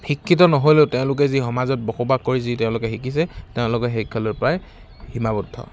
শিক্ষিত নহ'লেও তেওঁলোকে যি সমাজত বসবাস কৰি যি তেওঁলোকে শিকিছে তেওঁলোকে সেই সকলোৰ পৰাই সীমাবদ্ধ